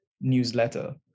newsletter